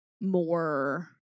more